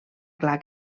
clar